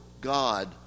God